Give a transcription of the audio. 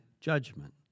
judgment